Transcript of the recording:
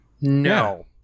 no